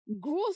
Growth